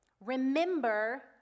remember